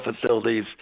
facilities